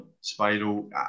spiral